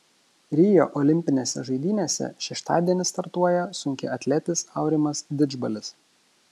rio olimpinėse žaidynėse šeštadienį startuoja sunkiaatletis aurimas didžbalis